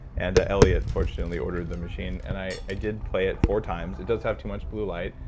and elliot fortunately, ordered the machine and i i did play it four times. it does have too much blue light.